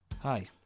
Hi